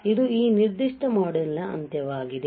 ಆದ್ದರಿಂದ ಇದು ಈ ನಿರ್ದಿಷ್ಟ ಮಾಡ್ಯೂಲ್ ನ ಅಂತ್ಯವಾಗಿದೆ